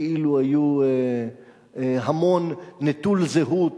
כאילו היו המון נטול זהות,